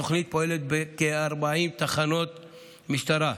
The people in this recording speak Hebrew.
התוכנית פועלת בכ-40 תחנות משטרה,